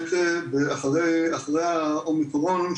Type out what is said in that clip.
מה יקרה אחרי האומיקרון,